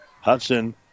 Hudson